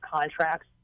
contracts